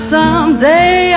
Someday